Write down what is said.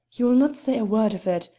you will not say a word of it.